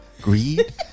greed